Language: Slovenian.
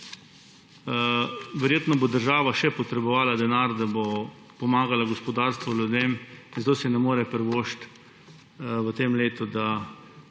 Verjetno bo država še potrebovala denar, da bo pomagala gospodarstvu, ljudem, zato si ne more privoščiti v tem letu, da